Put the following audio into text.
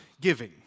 giving